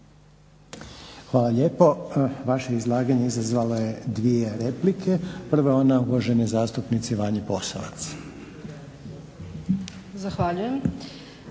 Hvala lijepo. Vaše izlaganje izazvalo je 2 replike. Prva je ona uvažene zastupnice Vanje Posavac. **Posavac,